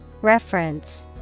Reference